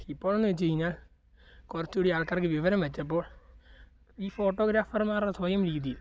ഇപ്പോൾ എന്നു വച്ച് കഴിഞ്ഞാൽ കുറച്ചുകൂടി ആൾക്കാർക്ക് വിവരം വച്ചപ്പോൾ ഈ ഫോട്ടോഗ്രാഫർമാരുടെ സ്വയം രീതി